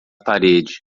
parede